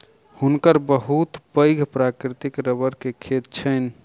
हुनकर बहुत पैघ प्राकृतिक रबड़ के खेत छैन